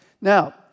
Now